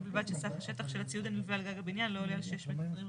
ובלבד שסך השטח של הציוד הנלווה על גג הבניין לא עולה על 6 מ"ר.